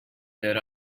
there